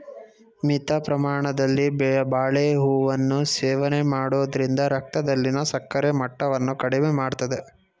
ಮಿತ ಪ್ರಮಾಣದಲ್ಲಿ ಬಾಳೆಹೂವನ್ನು ಸೇವನೆ ಮಾಡೋದ್ರಿಂದ ರಕ್ತದಲ್ಲಿನ ಸಕ್ಕರೆ ಮಟ್ಟವನ್ನ ಕಡಿಮೆ ಮಾಡ್ತದೆ